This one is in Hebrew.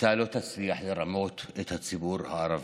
אתה לא תצליח לרמות את הציבור הערבי.